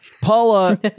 Paula